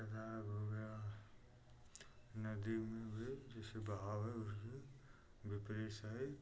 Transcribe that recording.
तालाब हो गया नदी में भी जैसे बहाव है उसमें विपरीत साइड